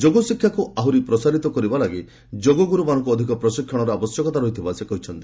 ଯୋଗଶିକ୍ଷାକୁ ଆହୁରି ପ୍ରସାରିତ କରିବା ପାଇଁ ଯୋଗଗୁରୁମାନଙ୍କୁ ଅଧିକ ପ୍ରଶିକ୍ଷଣର ଆବଶ୍ୟକତା ରହିଥିବା ସେ କହିଛନ୍ତି